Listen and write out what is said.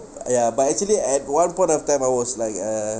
uh ya but actually at one point of time I was like uh